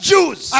Jews